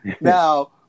Now